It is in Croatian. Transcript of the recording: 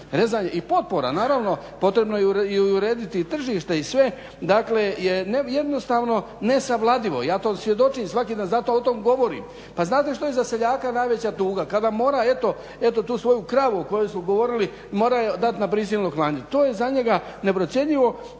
rezanje i potpora naravno, potrebno je i urediti tržište i sve dakle je jednostavno nesavladivo. Ja to svjedočim svaki dan, zato o tome govorim. Pa znate što je za seljaka najveća tuga? Kada mora eto tu svoju kravu o kojoj smo govorili mora je dati na prisilno klanje. To je za njega neprocjenjivo